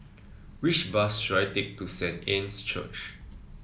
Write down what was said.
which bus should I take to Saint Anne's Church